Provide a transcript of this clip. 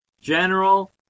General